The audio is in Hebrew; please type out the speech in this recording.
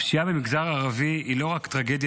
הפשיעה במגזר הערבי היא לא רק טרגדיה